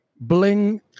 Bling